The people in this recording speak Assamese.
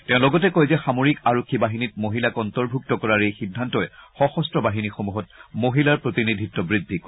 তেওঁ লগতে কয় যে সামৰিক আৰক্ষী বাহিনীত মহিলাক অন্তৰ্ভূক্ত কৰাৰ এই সিদ্ধান্তই সশস্ত্ৰ বাহিনীসমূহত মহিলাৰ প্ৰতিনিধিত্ব বৃদ্ধি কৰিব